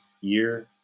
year